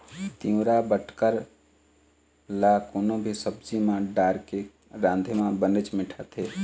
तिंवरा बटकर ल कोनो भी सब्जी म डारके राँधे म बनेच मिठाथे